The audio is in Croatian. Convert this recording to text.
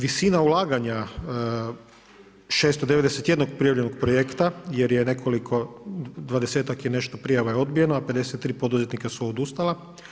Visina ulaganja 691 prijavljenog projekta jer je nekoliko dvadesetak i nešto prijava je odbijeno, a 53 poduzetnika su odustala.